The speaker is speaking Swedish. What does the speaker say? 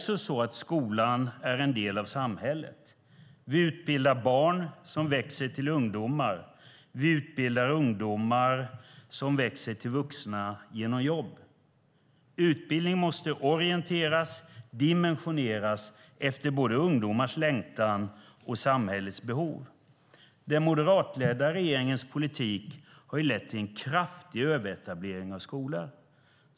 Skolan är också en del av samhället. Vi utbildar barn som växer till ungdomar. Vi utbildar ungdomar som växer till vuxna genom jobb. Utbildning måste orienteras och dimensioneras efter både ungdomars längtan och samhällets behov. Den moderatledda regeringens politik har lett till en kraftig överetablering av skolor.